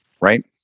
right